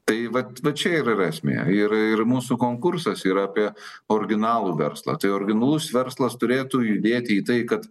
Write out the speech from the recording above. tai vat va čia ir yra esmė ir ir mūsų konkursas yra apie originalų verslą tai originalus verslas turėtų judėti į tai kad